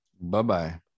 Bye-bye